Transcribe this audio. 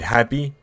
Happy